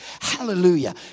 Hallelujah